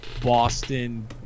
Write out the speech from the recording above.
Boston